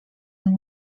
amb